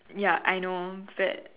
ya I know but